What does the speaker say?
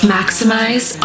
Maximize